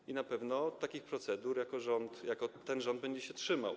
I na pewno takich procedur jako rząd ten rząd będzie się trzymał.